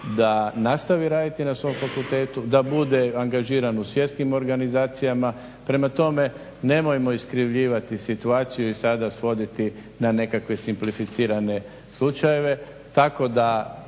da nastavi raditi na svom fakultetu, da bude angažiran u svjetskim organizacijama, prema tome nemojmo iskrivljivati situaciju i sada nas voditi na neke simplificirane slučajeve